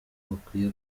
bakwiye